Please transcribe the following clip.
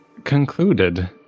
concluded